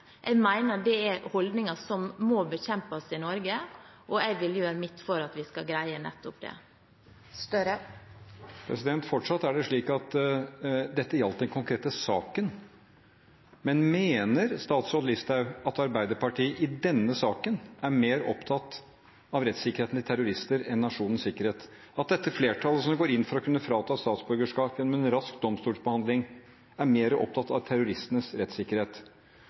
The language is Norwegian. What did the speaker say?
Jeg mener det er holdninger som må bekjempes i Norge, og jeg vil gjøre mitt for at vi skal greie nettopp det. Fortsatt er det slik at dette gjaldt den konkrete saken. Men mener statsråd Listhaug at Arbeiderpartiet i denne saken er mer opptatt av rettssikkerheten til terrorister enn av nasjonens sikkerhet, at dette flertallet som går inn for å kunne frata statsborgerskap gjennom en rask domstolsbehandling, er mer opptatt av terroristenes rettssikkerhet?